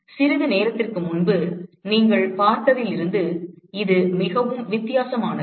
சிறிது நேரத்திற்கு முன்பு நீங்கள் பார்த்ததிலிருந்து இது மிகவும் வித்தியாசமானது